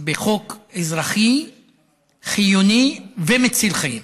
בחוק אזרחי חיוני ומציל חיים.